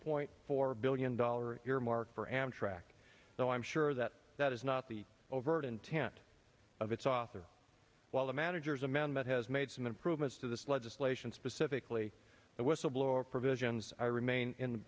point four billion dollar earmark for amtrak so i'm sure that that is not the overt intent of its author while the manager's amendment has made some improvements to this legislation specifically whistleblower provisions i remain in